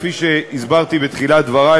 כפי שהסברתי בתחילת דברי,